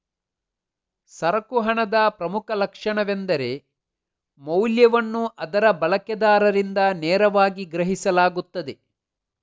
ಸರಕು ಹಣದ ಪ್ರಮುಖ ಲಕ್ಷಣವೆಂದರೆ ಮೌಲ್ಯವನ್ನು ಅದರ ಬಳಕೆದಾರರಿಂದ ನೇರವಾಗಿ ಗ್ರಹಿಸಲಾಗುತ್ತದೆ